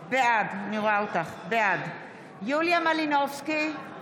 בעד יוליה מלינובסקי,